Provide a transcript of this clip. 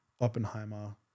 Oppenheimer